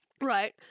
Right